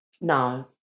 No